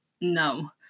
no